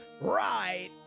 right